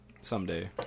someday